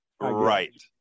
Right